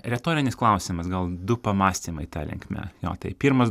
retorinis klausimas gal du pamąstymai ta linkme jo tai pirmas